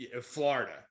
Florida